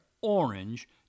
orange